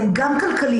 הן גם כלכליות,